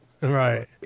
Right